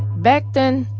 back then,